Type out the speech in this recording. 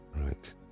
Right